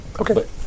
Okay